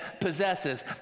possesses